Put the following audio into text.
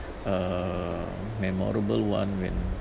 uh memorable one when